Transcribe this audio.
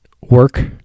work